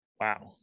Wow